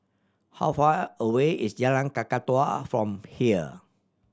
how far away is Jalan Kakatua from here